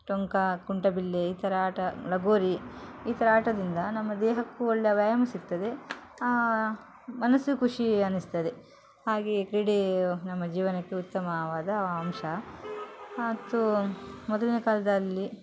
ಟೊಂಕ ಕುಂಟ ಬಿಲ್ಲೆ ಈ ಥರ ಆಟ ಲಗೋರಿ ಈ ಥರ ಆಟದಿಂದ ನಮ್ಮ ದೇಹಕ್ಕು ಒಳ್ಳೆ ವ್ಯಾಯಾಮ ಸಿಗ್ತದೆ ಮನಸ್ಸು ಖುಷಿ ಅನಿಸ್ತದೆ ಹಾಗೆಯೇ ಕ್ರೀಡೆಯು ನಮ್ಮ ಜೀವನಕ್ಕೆ ಉತ್ತಮವಾದ ಅಂಶ ಅದು ಮೊದಲನೆ ಕಾಲದಲ್ಲಿ